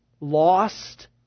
lost